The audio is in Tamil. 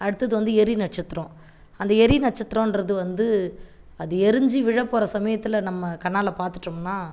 அடுத்தது வந்து எரி நட்சத்திரம் அந்த ஏரி நட்சத்திரன்றது வந்து அது எரிஞ்சி விழப்போகற சமயத்தில் நம்ம கண்ணால் பார்த்துட்டோம்னா